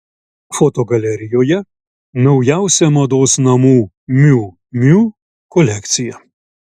fotogalerijoje naujausia mados namų miu miu kolekcija